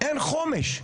אין חומש.